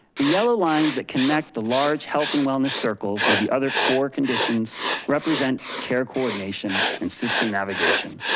the yellow lines that connect the large health and wellness circle with the other core conditions represent care coordination and system navigation,